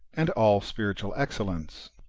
and all spiritual excellence.